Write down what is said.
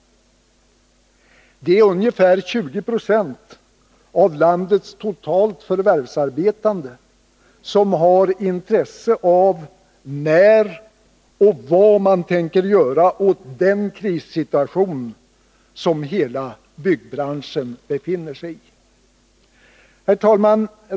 Det är ungefär 20 90 av landets totalt förvärvsarbetande som har intresse av vad man tänker göra åt den krissituation som hela byggbranschen befinner sig i och när man tänker göra det. Herr talman!